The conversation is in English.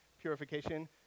purification